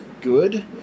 Good